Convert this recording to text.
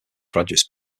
graduates